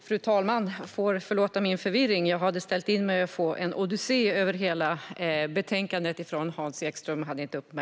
Fru talman!